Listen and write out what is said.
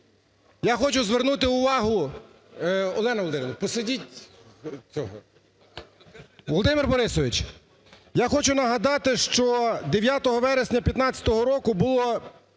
я хочу звернути увагу... Олена Володимирівна, посадіть цього. Володимир Борисович, я хочу нагадати, що 9 вересня 2015 року було